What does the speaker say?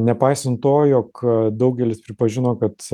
nepaisant to jog daugelis pripažino kad